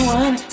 one